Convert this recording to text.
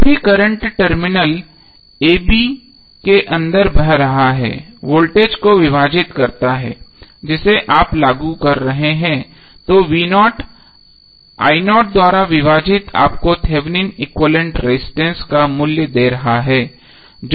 जो भी current terminal a b के अंदर बह रहा है वोल्टेज को विभाजित करता है जिसे आप लागू कर रहे हैं तो द्वारा विभाजित आपको थेवेनिन एक्विवैलेन्ट रजिस्टेंस का मूल्य दे रहा है जो कि है